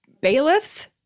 bailiffs